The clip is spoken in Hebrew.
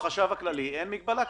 החשב הכללי אמר פה שאין מגבלה כזאת.